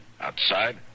Outside